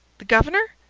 the governor?